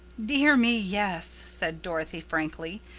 dear me, yes, said dorothy frankly.